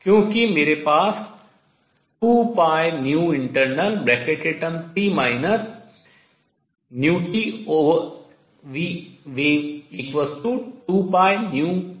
क्योंकि मेरे पास 2internalt vtvwave2clockt होगा